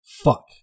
Fuck